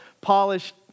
polished